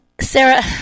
Sarah